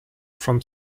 from